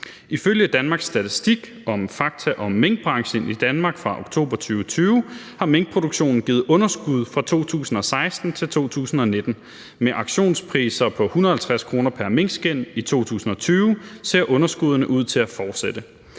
Ifølge Danmarks Statistiks »Fakta om minkbranchen i Danmark« fra oktober 2020 har minkproduktionen givet underskud fra 2016 til 2019. Med auktionspriser på 150 kr. pr. minkskind i 2020 ser underskuddene ud til at fortsætte.